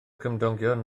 cymdogion